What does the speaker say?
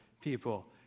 people